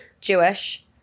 Jewish